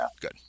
good